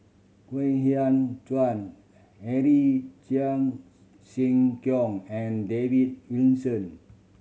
Kwek Hian Chuan Henry Cheong Siew Kiong and David Wilson